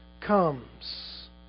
comes